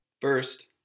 First